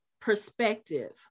perspective